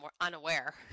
unaware